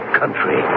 country